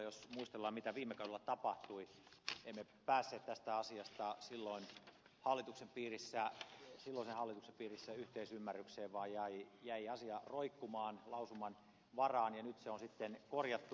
jos muistellaan mitä viime kaudella tapahtui emme päässeet tästä asiasta silloisen hallituksen piirissä yhteisymmärrykseen vaan asia jäi roikkumaan lausuman varaan ja nyt se on sitten korjattu